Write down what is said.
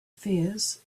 fears